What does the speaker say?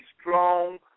strong